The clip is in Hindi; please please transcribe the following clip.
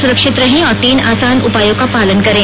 सुरक्षित रहें और तीन आसान उपायों का पालन करें